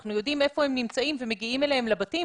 אנחנו יודעים היכן הם נמצאים ומגיעים אליהם לבתים.